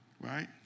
Right